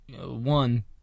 one